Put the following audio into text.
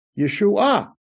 Yeshua